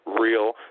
real